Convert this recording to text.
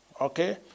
okay